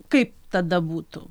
kaip tada būtų